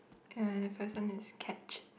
and the person is catch